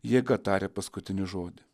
jėga taria paskutinį žodį